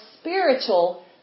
spiritual